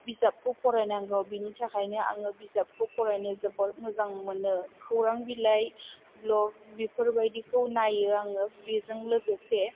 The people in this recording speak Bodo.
बिजाबखौ फराइनांगौ बेनि थाखाइनो आङो बिजाबखौ फरायनो जोबोर मोजां मोनो खौरां बिलाइ ब्लक बेफोरबाइदिखौ नायो आङो बिजों लोगोसे